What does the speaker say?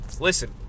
Listen